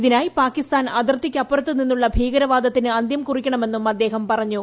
ഇതിനായി പാകിസ്ഥാൻ അതിർത്തിക്കപ്പുറത്തു നിന്നുള്ള ഭീകരവാദത്തിന് അന്ത്യംകുറിക്കണമെന്നും അദ്ദേഹം പറഞ്ഞു